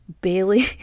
Bailey